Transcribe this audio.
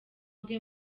bwe